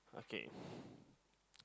okay